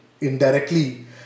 indirectly